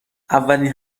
اولین